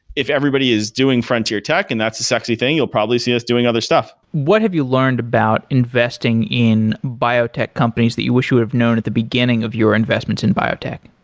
if everybody is doing frontier tech and that's the sexy thing, you'll probably see us doing other stuff. what have you learned about investing in biotech companies that you wish you would have known at the beginning of your investments in biotech?